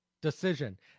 decision